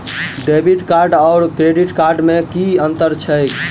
Debit card आओर credit card मे की अन्तर छैक?